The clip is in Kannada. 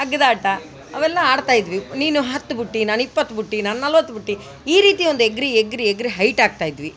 ಹಗ್ದಾಟ ಅವೆಲ್ಲ ಆಡ್ತಾಯಿದ್ವಿ ನೀನು ಹತ್ತು ಬುಟ್ಟಿ ನಾನು ಇಪ್ಪತ್ತು ಬುಟ್ಟಿ ನಾನು ನಲವತ್ತು ಬುಟ್ಟಿ ಈ ರೀತಿ ಒಂದು ಹಗ್ರಿ ಹಗ್ರಿ ಹೈಟ್ ಆಗ್ತಾಯಿದ್ವಿ